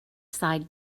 side